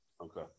Okay